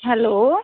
hello